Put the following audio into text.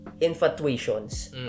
infatuations